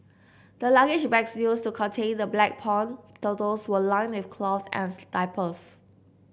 the luggage bags used to contain the black pond turtles were lined with cloth and diapers